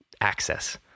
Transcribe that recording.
access